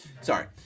Sorry